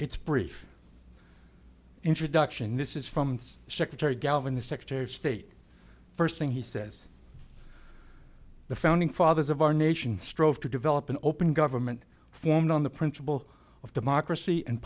it's brief introduction this is from secretary galvin the secretary of state first thing he says the founding fathers of our nation strove to develop an open government formed on the principle of democracy and